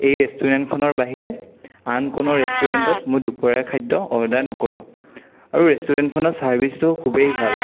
এই ৰেষ্টুৰেণ্টখনৰ বাহিৰে আন কোনো ৰেষ্টুৰেণ্টত মই দুপৰীয়া খাদ্য অৰ্ডাৰ নকৰোঁ আৰু ৰেষ্টুৰেণ্টখনৰ চাৰ্ভিচটো খুবেই ভাল